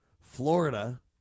Florida